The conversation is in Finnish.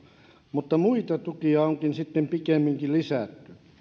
mutta muita tukia onkin sitten pikemminkin lisätty